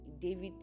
david